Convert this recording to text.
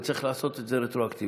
וצריך לעשות את זה רטרואקטיבית.